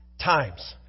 times